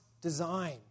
design